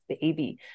baby